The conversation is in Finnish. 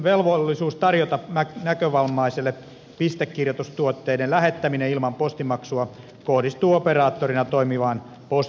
velvollisuus tarjota näkövammaisille pistekirjoitustuotteiden lähettäminen ilman postimaksua kohdistuu operaattorina toimivaan postiyritykseen